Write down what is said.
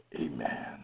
amen